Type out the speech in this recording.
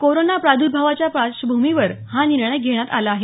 corona प्रादुर्भावाच्या पार्श्वभूमीवर हा निर्णय घेण्यात आला आहे